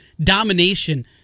domination